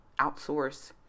outsource